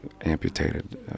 amputated